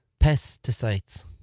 Pesticides